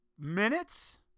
Minutes